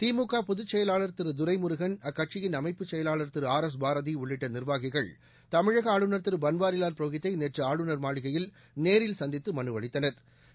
திமுக பொதுச்செயலாளா் திரு துரைமுருகன் அக்கட்சியின் அமைப்பு செயலாளா் திரு ஆர் எஸ் பாரதி உள்ளிட்ட நிர்வாகிகள் தமிழக ஆளுநர் திரு பன்வாரிலால் புரோகித்தை நேற்று ஆளுநர் மாளிகையில் நேரில் சந்தித்து மனு அளித்தனா்